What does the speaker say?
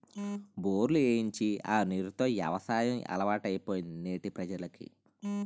బోర్లు ఏయించి ఆ నీరు తో యవసాయం అలవాటైపోయింది నేటి ప్రజలకి